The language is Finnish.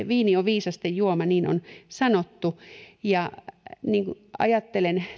viini on viisasten juoma niin on sanottu ja ajattelen